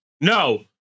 No